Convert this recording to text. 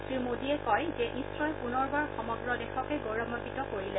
শ্ৰীমোদীয়ে কয় যে ইছৰই পুনৰবাৰ সমগ্ৰ দেশকে গৌৰৱাঘ্বিত কৰিলে